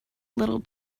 little